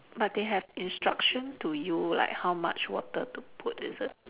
but they have instruction to you like how much water to put is it